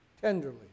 tenderly